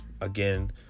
Again